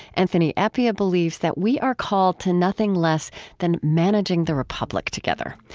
anthony appiah believes that we are called to nothing less than managing the republic together.